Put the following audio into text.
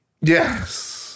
Yes